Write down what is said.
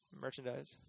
merchandise